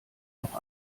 noch